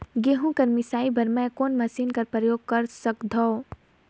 गहूं के मिसाई बर मै कोन मशीन कर प्रयोग कर सकधव?